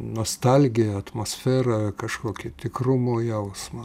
nostalgiją atmosferą kažkokį tikrumo jausmą